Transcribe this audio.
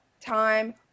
time